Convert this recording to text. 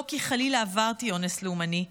לא כי חלילה עברתי אונס לאומני,